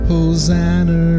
Hosanna